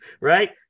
Right